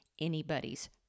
anybody's